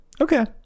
Okay